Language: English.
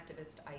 activist